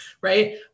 Right